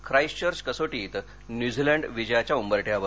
Christchurch कसोटीत New Zealand विजयाच्या उंबरठ्यावर